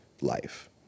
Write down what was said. life